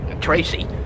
Tracy